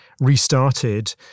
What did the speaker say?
restarted